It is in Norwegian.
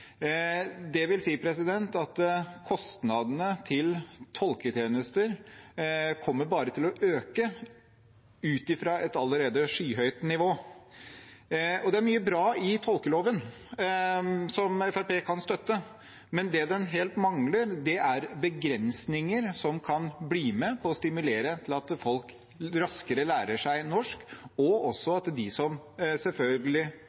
at kostnadene til tolketjenester bare kommer til å øke fra et allerede skyhøyt nivå. Det er mye bra i tolkeloven som Fremskrittspartiet kan støtte, men det den helt mangler, er begrensninger som kan bli med på å stimulere til at folk raskere lærer seg norsk, og selvfølgelig